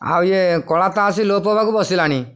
ଆଉ ଇଏ କଳାଟା ଆସି ଲୋପ ହେବାକୁ ବସିଲାଣି